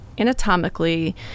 anatomically